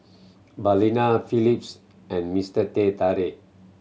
Balina Phillips and Mister Teh Tarik